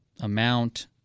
amount